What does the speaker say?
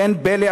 אין פלא,